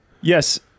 Yes